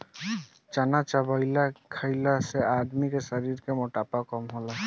चना चबेना खईला से आदमी के शरीर के मोटापा कम होला